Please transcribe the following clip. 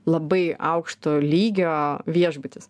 labai aukšto lygio viešbutis